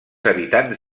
habitants